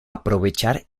aprovechar